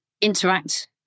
interact